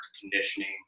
conditioning